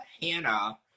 Hannah